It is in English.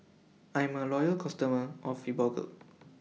I'm A Loyal customer of Fibogel